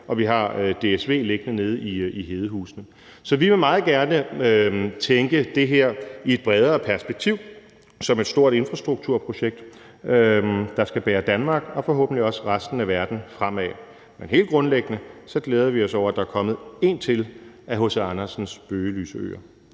og vi har DSV liggende nede i Hedehusene. Så vi vil meget gerne tænke det her i et bredere perspektiv som et stort infrastrukturprojekt, der skal bære Danmark og forhåbentlig også resten af verden fremad, men helt grundlæggende glæder vi os over, at der er kommet en til af H.C. Andersens bøgelyse øer.